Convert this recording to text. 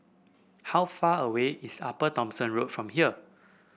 how far away is Upper Thomson Road from here